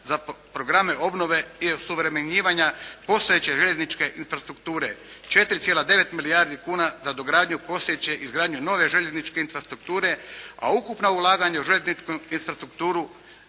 za programe obnove i osuvremenjivanja postojeće željezničke infrastrukture, 4,9 milijardi kuna za dogradnju postojeće, izgradnju nove željezničke infrastrukture, a ukupna ulaganja u željezničku infrastrukturu